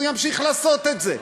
הוא ימשיך לעשות את זה.